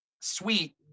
sweet